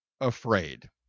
Afraid